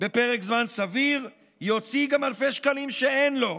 בפרק זמן סביר יוציא גם אלפי שקלים, שאין לו,